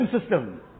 system